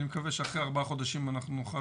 אני מקווה שאחרי ארבעה חודשים אנחנו נוכל